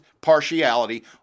partiality